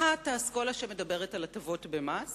אחת היא האסכולה שמדברת על הטבות במס